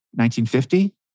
1950